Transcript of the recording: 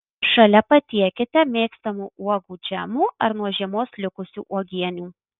šalia patiekite mėgstamų uogų džemų ar nuo žiemos likusių uogienių